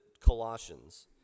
Colossians